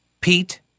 Pete